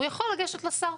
הוא יכול לגשת לשר.